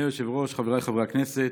אדוני היושב-ראש, חבריי חברי הכנסת,